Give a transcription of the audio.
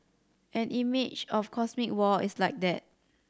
an image of cosmic war is like that